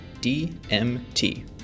DMT